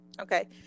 Okay